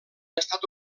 estat